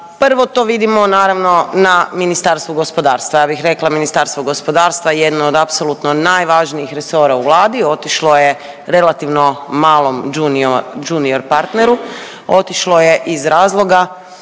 Prvo to vidimo naravno na Ministarstvu gospodarstva. Ja bih rekla Ministarstvo gospodarstva je jedno od apsolutno najvažnijih resora u Vladi otišlo je relativno malom junior partneru. Otišlo je iz razloga